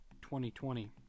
2020